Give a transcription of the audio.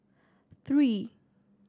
three